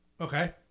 Okay